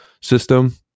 system